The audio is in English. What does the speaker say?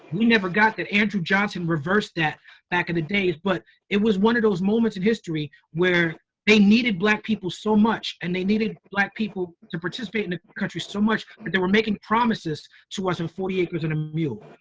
we never got that. andrew johnson reversed that back in the day. but it was one of those moments in history where they needed black people so much and they needed black people to participate in the country so much that they were making promises to us in forty acres and a mule.